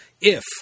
if